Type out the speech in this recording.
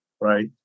right